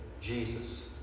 Jesus